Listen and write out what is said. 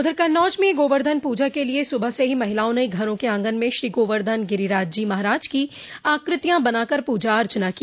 उधर कन्नौज में गोवर्धन पूजा के लिये सुबह से ही महिलाओं ने घरों के आंगन में श्री गोवर्धन गिरिराज जी महराज की आकृतिया बना कर पूजा अर्चना की